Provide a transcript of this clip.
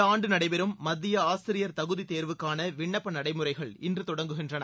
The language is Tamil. இந்த ஆண்டு நடைபெறும் மத்திய ஆசிரியர் தகுதித் தேர்வுக்கான விண்ணப்ப நடைமுறைகள் இன்று தொடங்குகின்றன